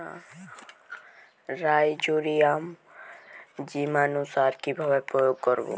Rhizobium জীবানুসার কিভাবে প্রয়োগ করব?